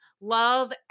Love